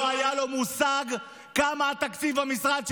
לא היה לו מושג כמה התקציב במשרד שלו.